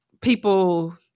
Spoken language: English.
people